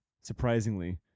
surprisingly